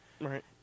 Right